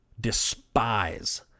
despise